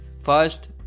First